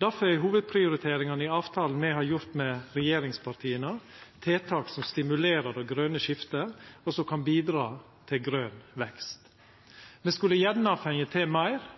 Difor er hovudprioriteringane i avtalen me har gjort med regjeringspartia, tiltak som stimulerer det grøne skiftet, og som kan bidraga til grøn vekst. Me skulle gjerne fått til meir,